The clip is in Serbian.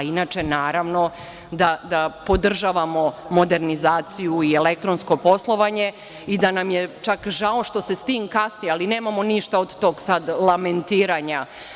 Inače, naravno da podržavamo modernizaciju i elektronsko poslovanje i da nam je čak žao što se s tim kasni, ali nemamo ništa sad od tog lamentiranja.